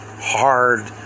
hard